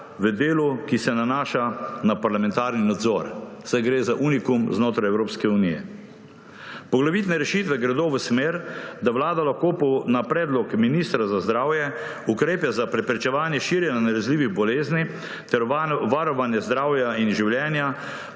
v delu, ki se nanaša na parlamentarni nadzor, saj gre za unikum znotraj Evropske unije. Poglavitne rešitve gredo v smer, da Vlada lahko na predlog ministra za zdravje ukrepe za preprečevanje širjenja nalezljivih bolezni ter varovanje zdravja in življenja